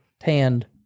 tanned